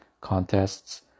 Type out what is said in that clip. contests